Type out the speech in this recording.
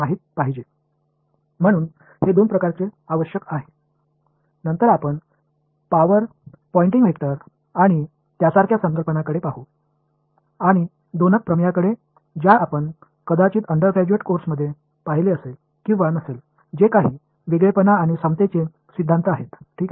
எனவே இவை இரண்டும் இன்றியமையாதவை பின்னர் நாம் சக்தி பாயின்டிங் வெக்டர் மற்றும் அது போன்ற கருத்துக்கள் மற்றும் ஒரு தேற்றம் ஆகியவற்றை இளங்கலை பாடத்திட்டத்தில் நீங்கள் பார்த்திருக்கலாம் அல்லது பார்த்திருக்காத இரண்டு கோட்பாடுகளைப் பார்ப்போம் இது யூனிகியூனஸ் மற்றும் இகுவெளன்ஸ் கோட்பாடுகளைப் பற்றியது